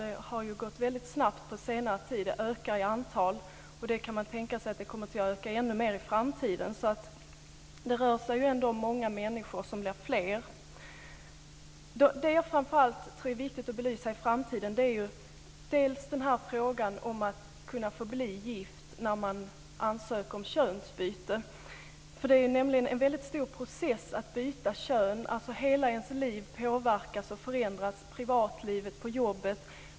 De har snabbt ökat i antal på senare tid, och man kan tänka sig att antalet kommer att öka ännu mer i framtiden. Det rör sig ändå om många människor, och det kommer att bli fler. Det som jag framför allt tror är viktigt att belysa i framtiden är frågan om att få kunna förbli gift när man ansöker om könsbyte. Det är nämligen en väldigt stor process att byta kön. Hela ens liv påverkas och förändras, både i privatlivet och på jobbet.